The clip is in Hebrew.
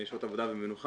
שעות עבודה ומנוחה,